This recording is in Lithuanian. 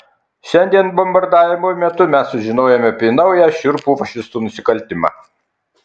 šiandien bombardavimo metu mes sužinojome apie naują šiurpų fašistų nusikaltimą